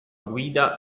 guida